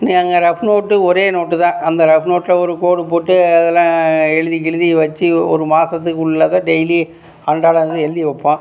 அங்க rough note ஒரே நோட்தான் அந்த ரஃப் நோட்டில் ஒரு கோடு போட்டு அதெல்லாம் எழுதி கிழுதி வைச்சு ஒரு மாசத்துக்குள்ளதை டெய்லி அன்றாடம் வந்து எழுதி வைப்போம்